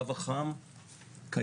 הקו החם קיים.